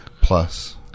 plus